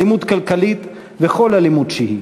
אלימות כלכלית וכל אלימות שהיא: